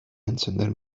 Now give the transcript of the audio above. encender